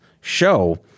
show